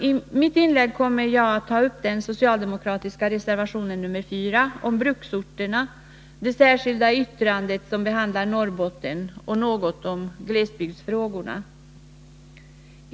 I mitt inlägg kommer jag att ta upp den socialdemokratiska reservationen 4 om bruksorterna, det särskilda yttrande som behandlar Norrbotten och i någon mån glesbygdsfrågorna.